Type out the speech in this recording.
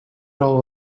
all